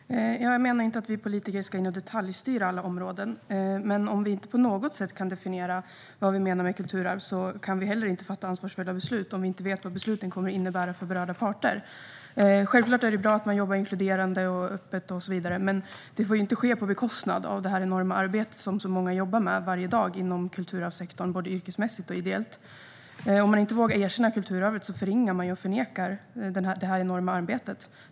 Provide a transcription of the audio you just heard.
Herr talman! Jag menar inte att vi politiker ska in och detaljstyra alla områden, men om vi inte på något sätt kan definiera vad vi menar med kulturarv kan vi heller inte fatta ansvarsfulla beslut; då vet vi inte vad besluten kommer att innebära för berörda parter. Självklart är det bra att man jobbar inkluderande och öppet, men det får inte ske på bekostnad av det enorma arbete som så många lägger ned varje dag inom kulturarvssektorn, både yrkesmässigt och ideellt. Om man inte vågar erkänna kulturarvet förringar och förnekar man ju detta enorma arbete.